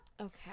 Okay